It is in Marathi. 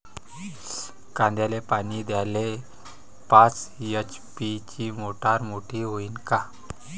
कांद्याले पानी द्याले पाच एच.पी ची मोटार मोटी व्हईन का?